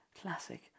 classic